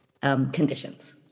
conditions